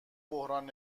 بحرانها